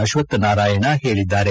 ಅಶ್ವತ್ ನಾರಾಯಣ ಹೇಳಿದ್ದಾರೆ